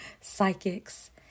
psychics